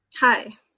Hi